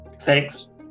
thanks